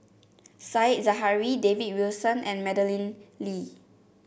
Said Zahari David Wilson and Madeleine Lee